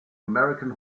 american